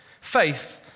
Faith